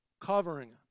covering